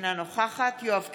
אינה נוכחת יואב קיש,